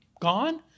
gone